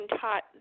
taught